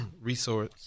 resource